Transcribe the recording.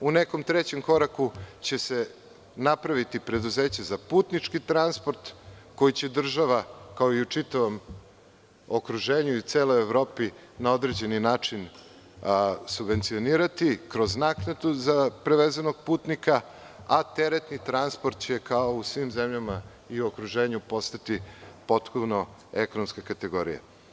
U nekom trećem koraku će se napraviti preduzeće za putnički transport koji će država, kao i u čitavom okruženju i celoj Evropi, na određeni način subvencionirati kroz naknadu za prevezenog putnika, a teretni transport će, kao u svim zemljama u okruženju, postati potpuno ekonomska kategorija.